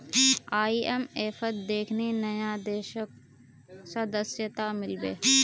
आईएमएफत देखनी नया देशक सदस्यता मिल बे